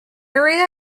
area